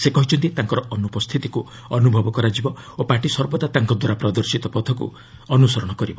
ସେ କହିଛନ୍ତି ତାଙ୍କର ଅନୁପସ୍ଥିତିକୁ ଅନୁଭବ କରାଯିବ ଓ ପାର୍ଟି ସର୍ବଦା ତାଙ୍କ ଦ୍ୱାରା ପ୍ରଦର୍ଶୀତ ପଥକୁ ଅନୁସରଣ କରିବ